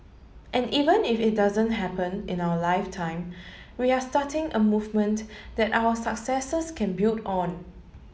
and even if it doesn't happen in our lifetime we are starting a movement that our successors can build on